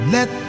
Let